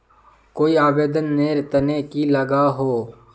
कोई आवेदन नेर तने की लागोहो?